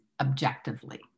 objectively